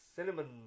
Cinnamon